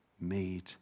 made